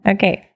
Okay